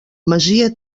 masia